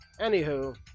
anywho